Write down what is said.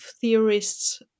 theorists